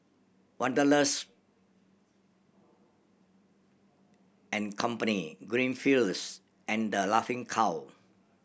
Wanderlust and Company Greenfields and The Laughing Cow